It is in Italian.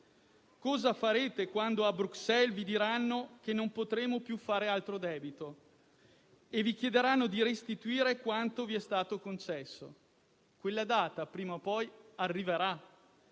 Cosa farete quando a Bruxelles vi diranno che non potremo più fare altro debito e vi chiederanno di restituire quanto vi è stato concesso? Quella data prima o poi arriverà.